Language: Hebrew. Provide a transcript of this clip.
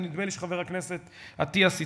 נדמה לי שחבר הכנסת אטיאס הציע.